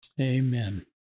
Amen